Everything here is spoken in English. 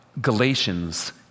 Galatians